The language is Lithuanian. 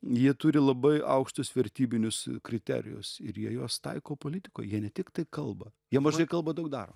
jie turi labai aukštus vertybinius kriterijus ir jie juos taiko politikoj jie ne tik tai kalba jie mažai kalba daug daro